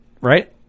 Right